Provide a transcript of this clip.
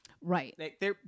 Right